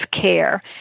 care